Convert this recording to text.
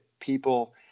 people